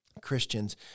Christians